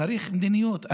צריך מדיניות.